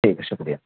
ٹھیک ہے شکریہ